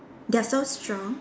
they are so strong